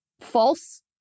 false